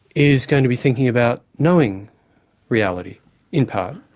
is going to be thinking about knowing reality in part,